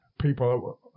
people